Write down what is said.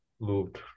moved